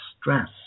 stress